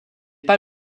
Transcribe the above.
pas